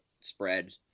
spread